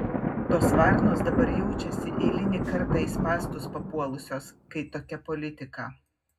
tos varnos dabar jaučiasi eilinį kartą į spąstus papuolusios kai tokia politika